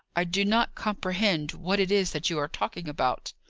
i do not comprehend what it is that you are talking about.